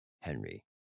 Henry